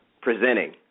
presenting